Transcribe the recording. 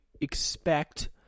expect